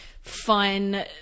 fun